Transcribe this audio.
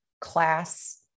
class